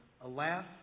Alas